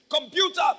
computer